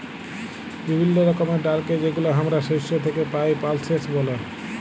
বিভিল্য রকমের ডালকে যেগুলা হামরা শস্য থেক্যে পাই, পালসেস ব্যলে